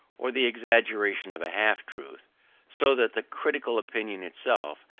or the exaggeration of a half-truth so that the critical opinion itself,